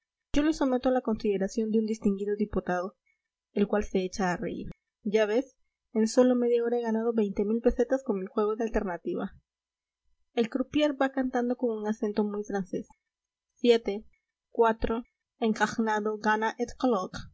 yo lo someto a la consideración de un distinguido diputado el cual se echa a reír ya ves en solo media hora he ganado pesetas con mi juego de alternativa el croupier va cantando con un acento muy francés siete cuatro encagnado gana